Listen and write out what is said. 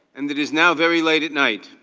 and it is now very late at night.